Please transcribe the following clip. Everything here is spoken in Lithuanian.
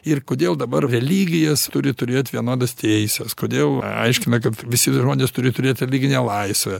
ir kodėl dabar religijos turi turėt vienodas teises kodėl aiškina kad visi žmonės turi turėt religinę laisvę